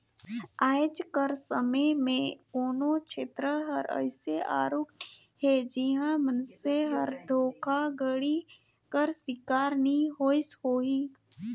आएज कर समे में कोनो छेत्र हर अइसे आरूग नी हे जिहां मइनसे हर धोखाघड़ी कर सिकार नी होइस होही